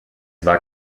war